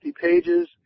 pages